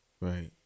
right